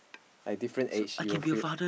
like different age you will feel